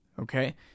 Okay